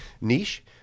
niche